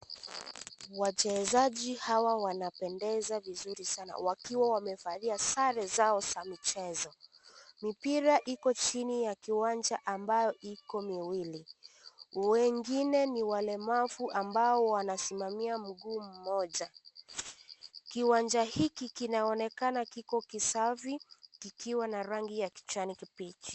Wachezaji hawa wanapendeza vizuri sana wakiwa wamevalia sare zao za michezo. Mipira iko chini ya kiwanja ambayo iko miwili. Wengine ni walemavu ambao wanasimamia muguu mmoja. Kiwanja hiki kinaonekana kiko kisafi kikiwa na rangi ya kijani kibichi.